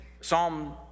Psalm